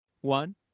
One